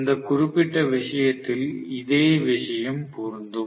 இந்த குறிப்பிட்ட விஷயத்திலும் இதே விஷயம் பொருந்தும்